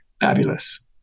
Fabulous